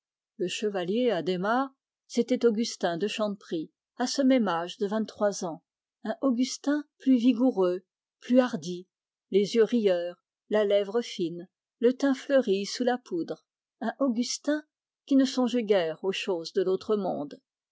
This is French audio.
le chevalier adhémar c'était augustin de chanteprie à ce même âge de vingttrois ans un augustin plus vigoureux plus hardi les yeux rieurs la lèvre fine le teint fleuri sous la poudre un augustin qui ne songeait guère aux choses de l'autre monde